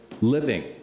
living